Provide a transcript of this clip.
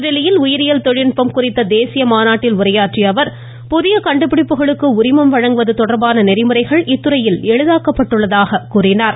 புதுதில்லியில உயிரியல் தொழில்நுட்பம் குறித்த தேசிய மாநாட்டில் பேசிய அவர் புதிய கண்டுபிடிப்புகளுக்கு உரிமம் வழங்குவது தொடர்பான நெறிமுறைகள் இத்துறையில் எளிதாக்கப்பட்டுள்ளதாக கூறினார்